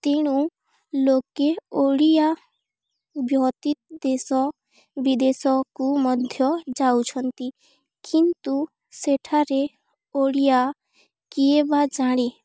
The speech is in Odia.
ତେଣୁ ଲୋକେ ଓଡ଼ିଆ ବ୍ୟତୀତ ଦେଶ ବିଦେଶକୁ ମଧ୍ୟ ଯାଉଛନ୍ତି କିନ୍ତୁ ସେଠାରେ ଓଡ଼ିଆ କିଏବା ଜାଣେ